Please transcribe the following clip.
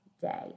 day